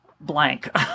blank